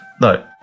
no